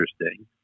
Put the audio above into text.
interesting